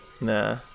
Nah